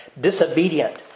disobedient